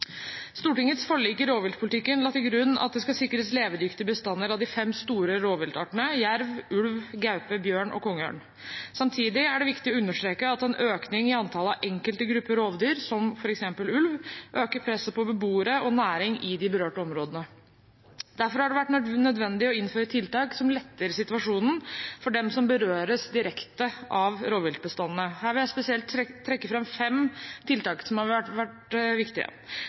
Stortingets forlik i rovviltpolitikken la til grunn at det skal sikres levedyktige bestander av de fem store rovviltartene – jerv, ulv, gaupe, bjørn og kongeørn. Samtidig er det viktig å understreke at en økning i antallet av enkelte grupper rovdyr, som f.eks. ulv, øker presset på beboere og næring i de berørte områdene. Derfor har det vært nødvendig å innføre tiltak som letter situasjonen for dem som berøres direkte av rovviltbestandene. Her vil jeg spesielt trekke fram fem tiltak som har vært viktige: